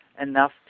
enough